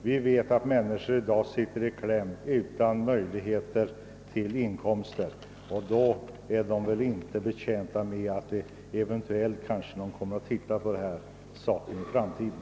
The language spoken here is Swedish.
Vi vet att många människor i dag sitter i kläm utan möjligheter att få inkomster, och de är inte betjänta av att man eventuellt kommer att undersöka de här sakerna i framtiden.